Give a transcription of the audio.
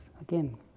Again